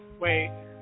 wait